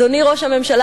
אדוני ראש הממשלה,